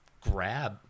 grab